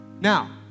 Now